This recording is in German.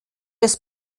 des